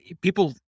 people